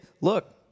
Look